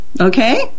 Okay